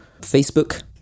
Facebook